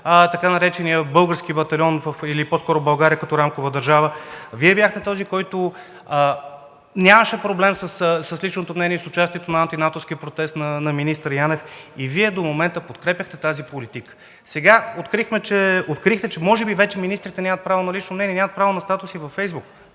така наречения български батальон или по-скоро България като рамкова държава, Вие бяхте този, който нямаше проблем с личното мнение и с участието в антинатовския протест на министър Янев и Вие до момента подкрепяхте тази политика. Сега открихте, че може би вече министрите нямат право на лично мнение, нямат право на статуси във Фейсбук